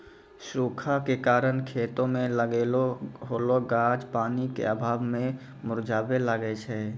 सूखा के कारण खेतो मे लागलो होलो गाछ पानी के अभाव मे मुरझाबै लागै छै